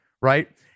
right